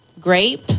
Grape